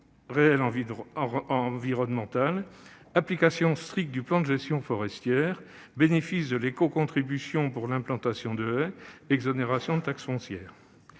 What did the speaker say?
réelles environnementales (ORE) : application stricte du plan de gestion forestière (PSG), bénéfice de l'écocontribution pour l'implantation de haies, exonération de taxe foncière.